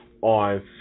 on